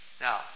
Now